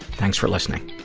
thanks for listening.